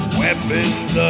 weapons